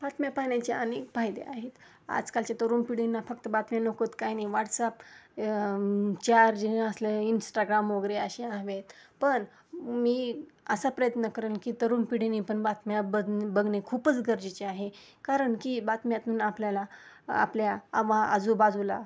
बातम्या पाहण्याचे अनेक फायदे आहेत आजकालच्या तरुण पिढींना फक्त बातम्या नकोत काही नाही व्हाट्सअप चार जे असलेलं इंस्टाग्राम वगैरे असे हवे आहेत पण मी असा प्रयत्न करीन की तरुण पिढीनी पण बातम्या बघ बघणे खूपच गरजेचे आहे कारण की बातम्यातून आपल्याला आपल्या आवा आजूबाजूला